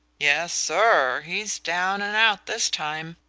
yes, sir he's down and out this time.